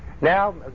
Now